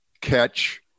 catch